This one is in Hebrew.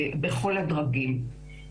בכל הדרגים.